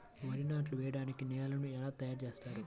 వరి నాట్లు వేయటానికి నేలను ఎలా తయారు చేస్తారు?